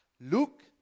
Luke